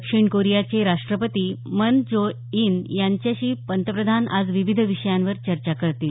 दक्षिण कोरियाचे राष्टपती मून जे इन यांच्याशी पंतप्रधान आज विविध विषयांवर चर्चा करतील